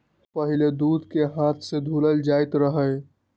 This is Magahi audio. पहिले दूध के हाथ से दूहल जाइत रहै